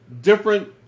different